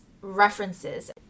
references